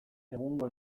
egungo